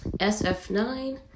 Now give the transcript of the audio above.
SF9